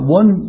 one